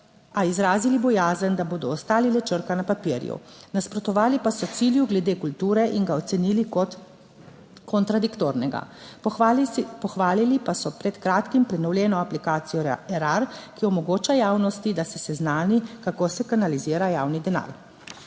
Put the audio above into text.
a izrazili bojazen, da bodo ostali le črka na papirju. Nasprotovali pa so cilju glede kulture in ga ocenili kot kontradiktornega. Pohvalili pa so pred kratkim prenovljeno aplikacijo Erar, ki omogoča javnosti, da se seznani, kako se kanalizira javni denar.